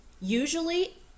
usually